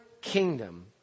kingdom